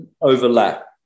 overlap